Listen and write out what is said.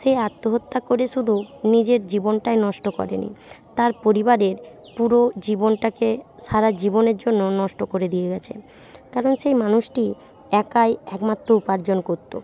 সে আত্মহত্যা করে শুধু নিজের জীবনটাই নষ্ট করেনি তার পরিবারের পুরো জীবনটাকে সারা জীবনের জন্য নষ্ট করে দিয়ে গিয়েছে কারণ সেই মানুষটি একাই একমাত্র উপার্জন করত